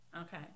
Okay